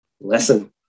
Lesson